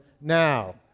now